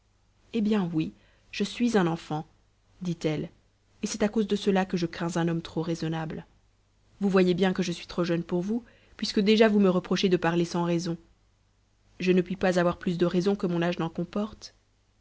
eh bien oui je suis un enfant dit-elle et c'est à cause de cela que je crains un homme trop raisonnable vous voyez bien que je suis trop jeune pour vous puisque déjà vous me reprochez de parler sans raison je ne puis pas avoir plus de raison que mon âge n'en comporte